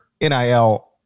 NIL